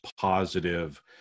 positive